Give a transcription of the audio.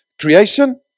creation